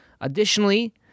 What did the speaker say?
Additionally